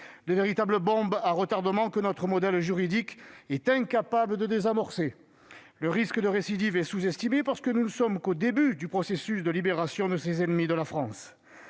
De véritables bombes à retardement que notre modèle juridique est incapable de désamorcer ! Le risque de récidive est sous-estimé, parce que nous ne sommes qu'au début du processus de libération de ces ennemis de la France.